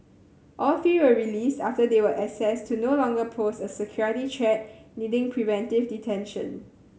all three were released after they were assessed to no longer pose a security threat needing preventive detention